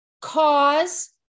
cause